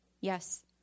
yes